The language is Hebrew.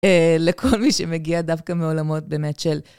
לכל מי שמגיע דווקא מעולמות באמת של ...